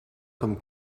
comme